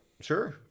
Sure